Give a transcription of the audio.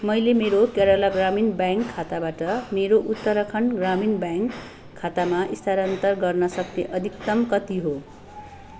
मैले मेरो केरला ग्रामीण ब्याङ्क खाताबाट मेरो उत्तराखण्ड ग्रामीण ब्याङ्क खातामा स्थानान्तरण गर्न सक्ने अधिकतम कति हो